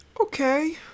Okay